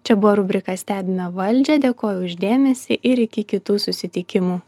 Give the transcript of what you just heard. čia buvo rubrika stebime valdžią dėkoju už dėmesį ir iki kitų susitikimų